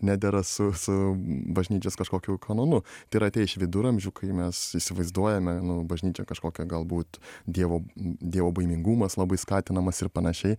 nedera su su bažnyčios kažkokiu kanonu tai yra atėję iš viduramžių kai mes įsivaizduojame nu bažnyčią kažkokią galbūt dievo dievobaimingumas labai skatinamas ir panašiai